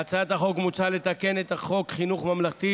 בהצעת החוק מוצע לתקן את חוק חינוך ממלכתי